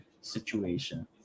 situation